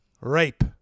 rape